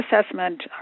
assessment